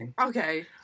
Okay